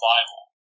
Bible